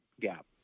gap